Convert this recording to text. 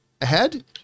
ahead